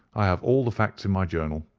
i have all the facts in my journal,